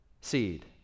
seed